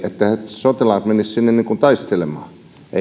sotilaat menisivät sinne taistelemaan eihän